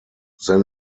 then